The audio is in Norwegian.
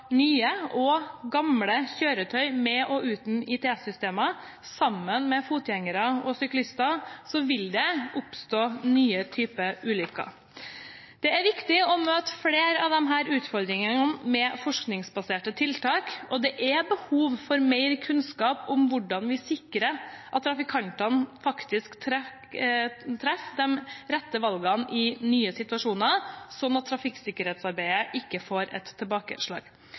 nye og gamle kjøretøy med og uten ITS-systemer, sammen med fotgjengere og syklister, vil det oppstå nye typer ulykker. Det er viktig å møte flere av disse utfordringene med forskningsbaserte tiltak, og det er behov for mer kunnskap om hvordan vi sikrer at trafikantene faktisk treffer rette valg i nye situasjoner, slik at trafikksikkerhetsarbeidet ikke får et tilbakeslag.